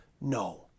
no